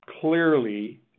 clearly